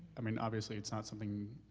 i mean, obviously it's not something,